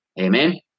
Amen